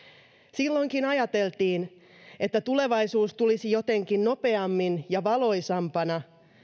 silloinkin ajateltiin että tulevaisuus tulisi jotenkin nopeammin ja valoisampana